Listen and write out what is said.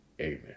Amen